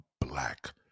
black